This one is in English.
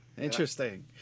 interesting